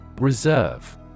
Reserve